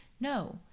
No